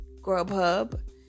grubhub